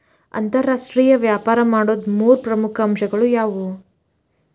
ಅಂತರಾಷ್ಟ್ರೇಯ ವ್ಯಾಪಾರ ಮಾಡೋದ್ ಮೂರ್ ಪ್ರಮುಖ ಅಂಶಗಳು ಯಾವ್ಯಾವು?